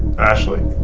ashley?